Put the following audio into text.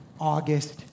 August